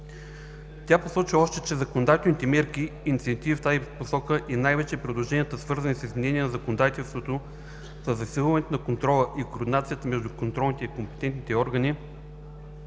Тя посочи още, че законодателните мерки и инициативи в тази посока и най-вече предложенията, свързани с изменение на законодателството, със засилването на контрола и координацията между контролните и компетентните органи,